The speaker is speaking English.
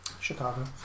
Chicago